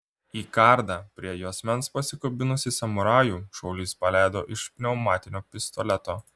į kardą prie juosmens pasikabinusį samurajų šaulys paleido iš pneumatinio pistoleto